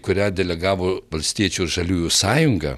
kurią delegavo valstiečių ir žaliųjų sąjunga